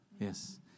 Yes